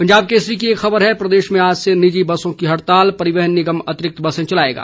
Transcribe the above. पंजाब केसरी की एक खबर है प्रदेश में आज से निजी बसों की हड़ताल परिवहन निगम अतिरिक्त बसें चलाएगा